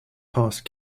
past